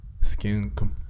Skin